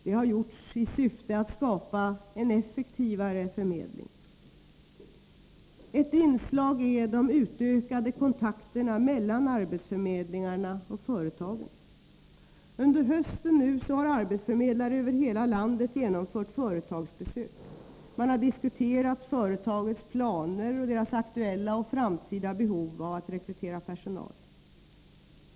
Det har gjorts i syfte att skapa en effektivare förmedling. Ett inslag är de utökade kontakterna mellan arbetsförmedlingarna och företagen. Under hösten har arbetsförmedlare över hela landet genomfört företagsbesök. Man har diskuterat företagens planer och deras aktuella och framtida behov av att rekrytera personal.